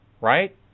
Right